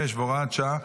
26 והוראת שעה),